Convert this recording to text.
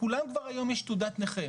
לכולם כבר היום יש תעודת נכה,